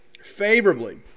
favorably